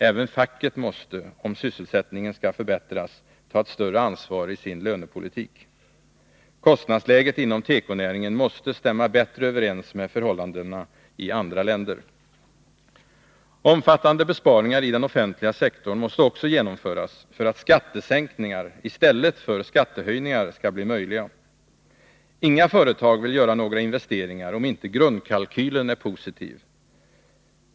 Även facket måste, om sysselsättningen skall förbättras, ta ett större ansvar i sin lönepolitik. Kostnadsläget inom tekonäringen måste stämma bättre överens med förhållandena i andra länder. Omfattande besparingar i den offentliga sektorn måste också genomföras för att skattesänkningar i stället för skattehöjningar skall bli möjliga. Inga företag vill göra några investeringar om inte grundkalkylen är positiv.